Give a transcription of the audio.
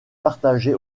partagée